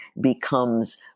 becomes